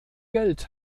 geld